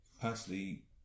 personally